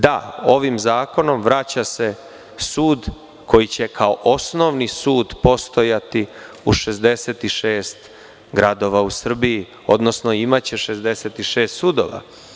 Da, ovim zakonom vraća se sud koji će kao osnovni sud postojati u 66 gradova u Srbiji, odnosno imaće 66 sudova.